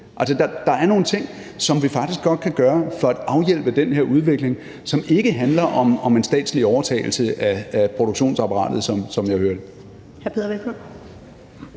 der er nogle ting, som vi faktisk godt kan gøre for at vende den her udvikling, og som ikke handler om en statslig overtagelse af produktionsapparatet, som jeg hører det. Kl.